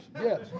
yes